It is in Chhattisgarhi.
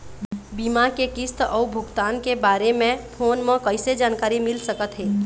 बीमा के किस्त अऊ भुगतान के बारे मे फोन म कइसे जानकारी मिल सकत हे?